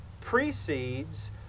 precedes